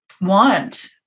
want